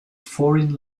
foreign